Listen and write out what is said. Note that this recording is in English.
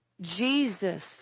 Jesus